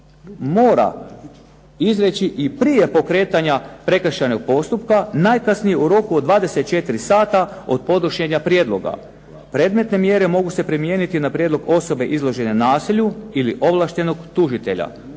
mora izreći i prije pokretanja prekršajnog postupka najkasnije u roku od 24 sata od podnošenja prijedloga. Predmetne mjere mogu se primijeniti na prijedlog osobe izložene nasilju ili ovlaštenog tužitelja.